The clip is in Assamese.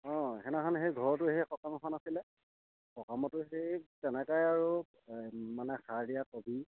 অঁ সেইদিনাখন সেই ঘৰতো সেই সকাম এখন আছিলে সকামতো সেই তেনেকুৱাই আৰু মানে সাৰ দিয়া কবি